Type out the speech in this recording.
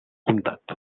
comtat